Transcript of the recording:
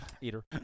Eater